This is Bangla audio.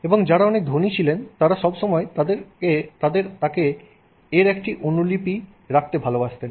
এবং যারা অনেক ধনী ছিল তারা সব সময় তাদের তাকে এর একটি অনুলিপি রাখতে ভালোবাসতো